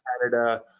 Canada